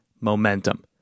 momentum